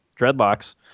dreadlocks